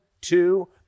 Two